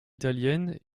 italienne